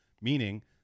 Meaning